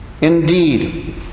Indeed